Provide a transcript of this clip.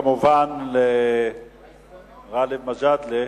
כמובן, לחבר הכנסת גאלב מג'אדלה,